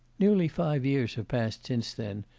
nearly five years have passed since then,